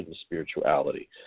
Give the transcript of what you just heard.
spirituality